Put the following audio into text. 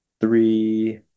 three